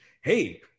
Hey-